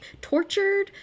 tortured